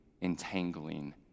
entangling